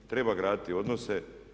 Treba graditi odnose.